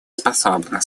способна